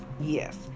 yes